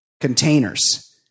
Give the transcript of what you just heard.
containers